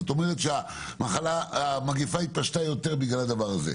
זאת אומרת שהמגיפה התפשטה יותר בגלל הדבר הזה.